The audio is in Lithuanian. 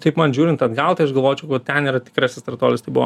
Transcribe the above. taip man žiūrint atgal tai aš galvočiau vot ten yra tikrasis startuolis tai buvo